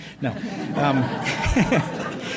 no